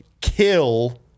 kill